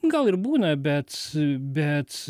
gal ir būna bet bet